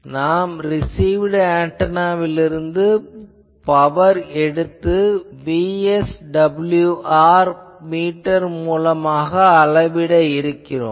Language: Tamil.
நாம் ரிசிவ்டு ஆன்டெனாவிலிருந்து பவர் எடுத்து VSWR மீட்டர் மூலமாக அளவிட இருக்கிறோம்